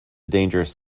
dangerous